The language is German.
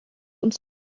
uns